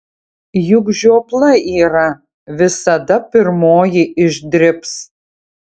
juk žiopla yra visada pirmoji išdribs